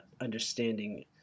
understanding